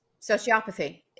sociopathy